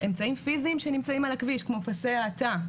אמצעים פיזיים שנמצאים על הכביש כמו פסי האטה,